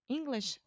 English